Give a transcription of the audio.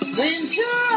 winter